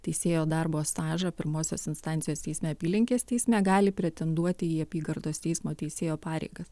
teisėjo darbo stažą pirmosios instancijos teisme apylinkės teisme gali pretenduoti į apygardos teismo teisėjo pareigas